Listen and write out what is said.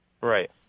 Right